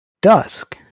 dusk